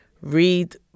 read